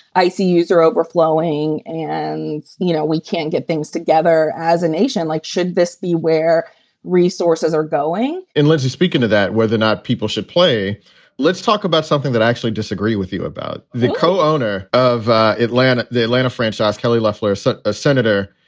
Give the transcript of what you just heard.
i see user overflowing and, you know, we can't get things together as a nation. like should this be where resources are going unless you speak and to that, whether or not people should play let's talk about something that i actually disagree with you about. the co-owner of atlanta, the atlanta franchise, kelly leffler, so a senator,